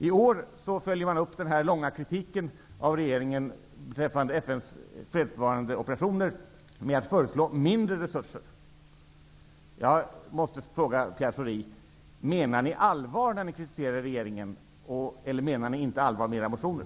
I år följer man upp den här långa kritiken av regeringen när det gäller FN:s fredsbevarande operationer med att föreslå mindre resurser. Jag måste fråga Pierre Schori: Menar ni allvar när ni kritiserar regeringen eller menar ni inte allvar med era motioner?